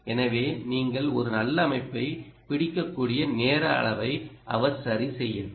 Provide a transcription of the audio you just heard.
எனவே நீங்கள் ஒரு நல்ல அமைப்பைப் பிடிக்கக்கூடிய நேர அளவை அவர் சரிசெய்யட்டும்